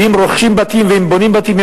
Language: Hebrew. ואם רוכשים בתים ואם בונים בתים,